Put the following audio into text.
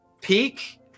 peak